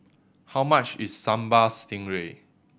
how much is Sambal Stingray